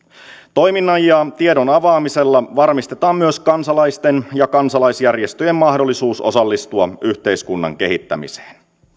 toiminnan ja tiedon avaamisella varmistetaan myös kansalaisten ja kansalaisjärjestöjen mahdollisuus osallistua yhteiskunnan kehittämiseen